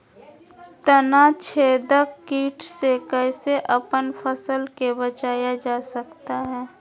तनाछेदक किट से कैसे अपन फसल के बचाया जा सकता हैं?